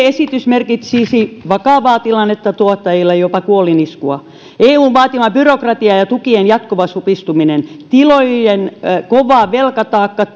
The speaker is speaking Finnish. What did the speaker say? esitys merkitsisi vakavaa tilannetta tuottajille jopa kuoliniskua on eun vaatima byrokratia ja tukien jatkuva supistuminen on tilojen kova velkataakka